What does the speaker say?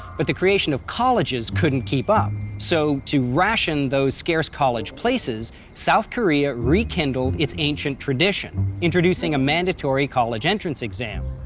but the creation of colleges couldn't keep up. so, to ration those scarce college places, south korea rekindled its ancient tradition introducing a mandatory college entrance exam.